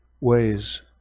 ways